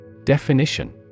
Definition